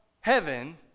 heaven